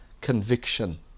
Conviction